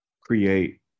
create